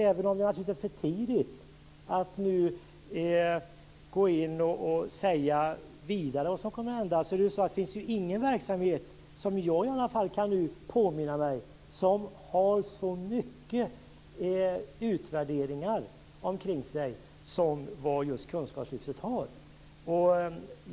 Även om det är för tidigt att nu säga vad som kommer att hända, kan inte jag påminna mig någon verksamhet som varit så utsatt för utvärderingar som just kunskapslyftet.